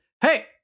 Hey